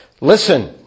listen